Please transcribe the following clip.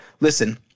listen –